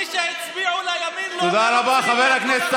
מי שהצביעו לימין לא מרוצים, הם יצאו לרחובות.